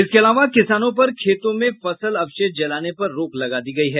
इसके अलावा किसानों पर खेतों में फसल अवशेष जलाने पर रोक लगा दी गयी है